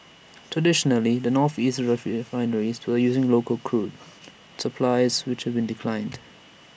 traditionally the northeastern refineries to using local crude supplies which been declined